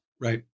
Right